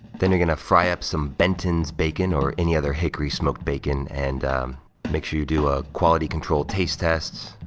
then you're gonna fry up some benton's bacon, or any other hickory smoked bacon, and make sure you do a quality-control taste test,